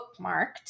bookmarked